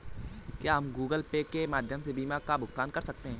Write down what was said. क्या हम Google Pay के माध्यम से बीमा का भुगतान कर सकते हैं?